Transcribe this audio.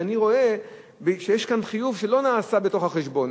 כשאני רואה שיש כאן חיוב שלא נעשה בתוך החשבון.